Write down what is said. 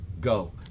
go